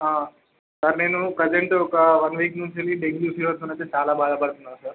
ఆ సార్ నేను ప్రేసెంటు ఒక వన్ వీక్ నుంచి అండి డెంగ్యు ఫీవర్ తోని అయితే చాలా బాధపడుతున్నాను సార్